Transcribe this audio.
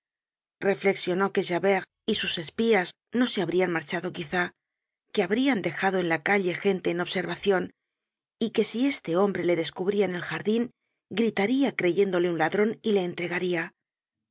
reflexionó que javert y sus espías no se habrían marchado quizá que habrían dejado en la calle gente en observacion y que si este hombre le descubría en el jardin gritaría creyéndole un ladron y le entregaría